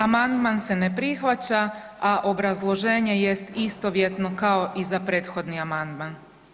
Amandman se ne prihvaća, a obrazloženje jest istovjetno kao i za prethodni amandman.